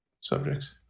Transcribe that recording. subjects